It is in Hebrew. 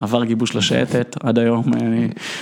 עבר גיבוש לשייטת, עד היום אני...